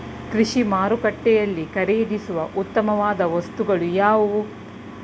ಕೃಷಿ ಮಾರುಕಟ್ಟೆಯಲ್ಲಿ ಖರೀದಿಸುವ ಉತ್ತಮವಾದ ವಸ್ತುಗಳು ಯಾವುವು?